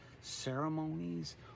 ceremonies